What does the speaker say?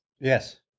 Yes